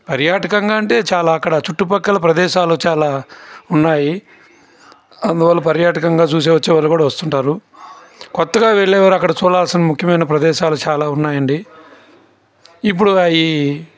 పర్యాటకంగా అంటే చాలా అక్కడ చుట్టుపక్కల ప్రదేశాలు చాలా ఉన్నాయి అందువల్ల పర్యాటకంగా చూసి వచ్చే వాళ్ళు కూడా వస్తుంటారు కొత్తగా వెళ్ళే వారు అక్కడ చూడలసిన ముఖ్యమైన ప్రదేశాలు చాలా ఉన్నాయండి ఇప్పుడు అవి